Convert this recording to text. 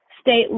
state